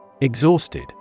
Exhausted